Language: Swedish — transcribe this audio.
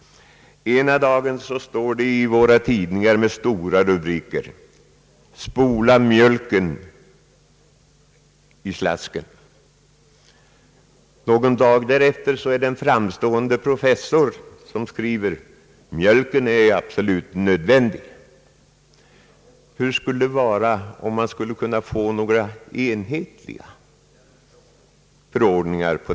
Ena dagen står det i våra tidningar med stora rubriker: Spola mjölken i slasken! Någon dag därefter är det en framstående professor som skriver: Mjölken är absolut nödvändig. Hur skulle det vara om man här kunde få några enhetliga förordningar?